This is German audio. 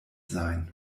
sein